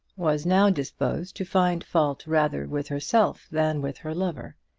was now disposed to find fault rather with herself than with her lover,